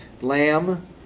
lamb